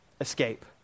Escape